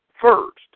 first